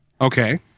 Okay